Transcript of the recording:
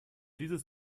dieses